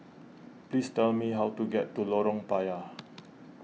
please tell me how to get to Lorong Payah